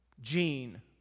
Gene